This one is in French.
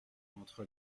entre